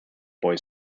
boy